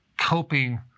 coping